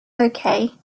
okay